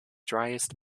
driest